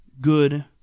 good